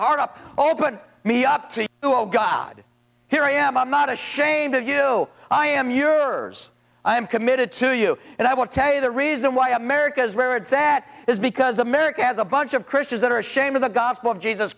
heart up open me up to god here i am i'm not ashamed of you i am yours i am committed to you and i want to tell you the reason why america's rared sat is because america has a bunch of christians that are ashamed of the gospel of jesus